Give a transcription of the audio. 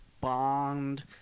Bond